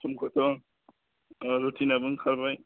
जोंखौथ' रुटिनाबो ओंखारबाय